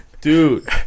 dude